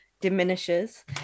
diminishes